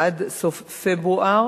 עד סוף פברואר